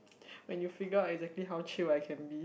when you figured out exactly how chill I can be